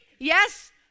Yes